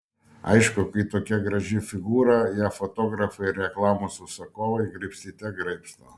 aišku kai tokia graži figūra ją fotografai ir reklamos užsakovai graibstyte graibsto